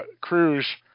Cruz